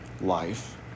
life